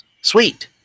Sweet